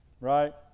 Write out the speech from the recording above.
right